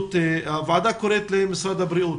ההסתגלות הוועדה קוראת למשרד הבריאות